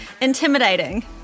intimidating